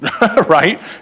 right